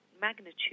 magnitude